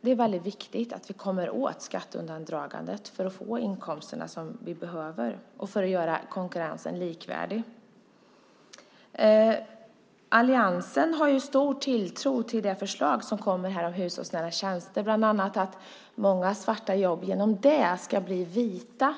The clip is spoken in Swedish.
Det är väldigt viktigt att vi kommer åt skatteundandragandet för att få de inkomster som vi behöver och för att göra konkurrensen likvärdig. Alliansen har ju stor tilltro till det förslag som läggs fram om hushållsnära tjänster, bland annat att många svarta jobb genom det ska bli vita.